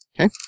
Okay